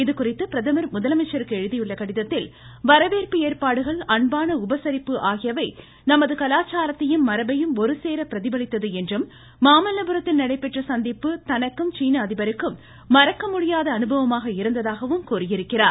இதுகுறித்து பிரதமர் முதலமைச்சருக்கு எழுதியுள்ள கடிதத்தில் வரவேற்பு ஏற்பாடுகள் அன்பான உபசரிப்பு ஆகியவை நமது கலாச்சாரத்தையும் மரபையும் ஒருசேர பிரதிபலித்தது என்றும் மாமல்லபுரத்தில் நடைபெற்ற சந்திப்பு தனக்கும் சீன அதிபருக்கும் மறக்கமுடியாத அனுபவமாக இருந்ததாகவும் கூறியிருக்கிறார்